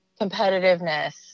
competitiveness